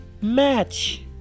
match